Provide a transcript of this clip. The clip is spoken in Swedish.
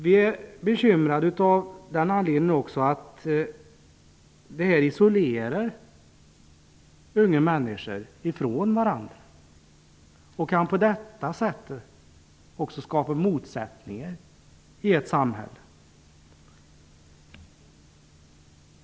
Vi är också bekymrade av den anledningen att detta isolerar unga människor ifrån varandra och på så sätt kan skapa motsättningar i ett samhälle.